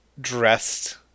dressed